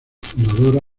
fundadora